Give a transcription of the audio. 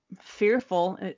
fearful